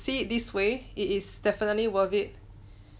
see it this way it is definitely worth it